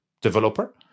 developer